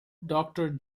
doctor